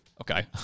Okay